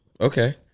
Okay